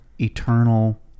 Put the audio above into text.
eternal